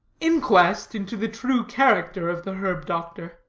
inquest into the true character of the herb-doctor.